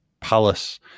Palace